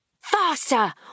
Faster